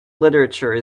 literature